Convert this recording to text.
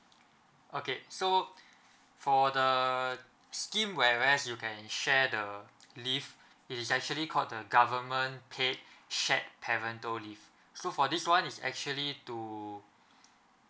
okay so for the scheme whereas you can share the leave it is actually called the government paid shared parental leave so for this one is actually to